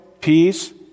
peace